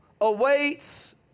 awaits